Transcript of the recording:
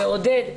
ועודד,